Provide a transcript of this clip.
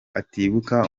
atibuka